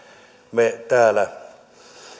me täällä